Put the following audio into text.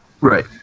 Right